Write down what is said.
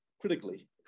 critically